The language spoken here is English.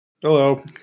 Hello